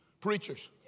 Preachers